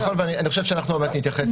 נכון, ואנחנו עוד מעט נתייחס לזה.